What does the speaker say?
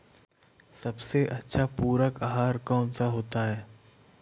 सबसे अच्छा पूरक आहार कौन सा होता है?